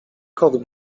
kot